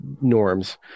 norms